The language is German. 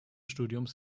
studiums